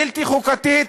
בלתי חוקתית,